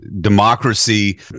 democracy